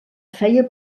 feia